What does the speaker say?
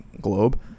globe